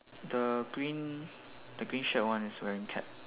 the green the green shirt one is wearing cap